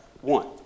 one